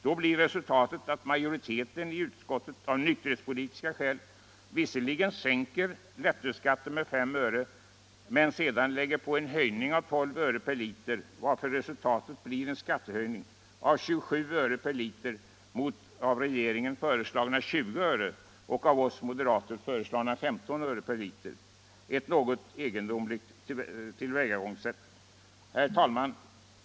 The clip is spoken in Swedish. Då blir resultatet att majoriteten i utskottet av nykterhetspolitiska skäl visserligen sänker lättölsskatten med 5 öre men sedan lägger på en höjning av 12 öre per liter, varför resultatet blir en skattehöjning med 27 öre per liter mot av regeringen föreslagna 20 öre och av oss moderater föreslagna 15 öre per liter. Ett något egendomligt tillvägagångssätt. Herr talman!